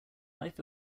life